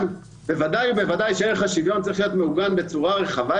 ודאי שערך השוויון צריך להיות מעוגן בעוד